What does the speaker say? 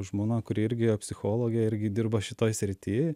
žmona kuri irgi psichologė irgi dirba šitoj srity